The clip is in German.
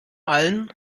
allen